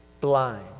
Blind